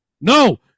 No